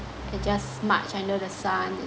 and just march under the sun